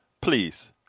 please